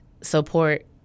support